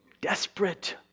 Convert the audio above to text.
desperate